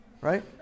right